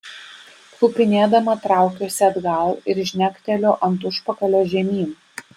klupinėdama traukiuosi atgal ir žnekteliu ant užpakalio žemyn